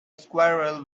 squirrel